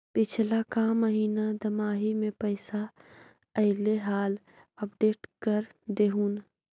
पिछला का महिना दमाहि में पैसा ऐले हाल अपडेट कर देहुन?